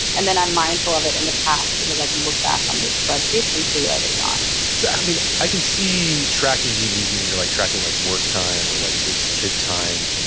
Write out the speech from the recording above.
and then i'm mindful of it in the past because i can look back on these spreadsheets and see where it is gone so i mean, i can see tracking being easy when you're like tracking like work time or like here's the kid time.